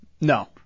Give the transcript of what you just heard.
No